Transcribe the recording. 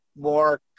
more